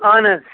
اَہن حظ